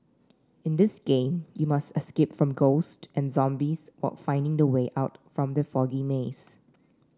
in this game you must escape from ghost and zombies while finding the way out from the foggy maze